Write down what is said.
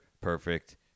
perfect